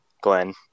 Glenn